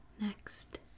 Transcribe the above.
Next